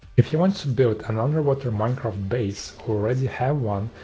if you want to build an underwater minecraft base, or already have one,